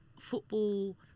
football